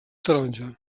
taronja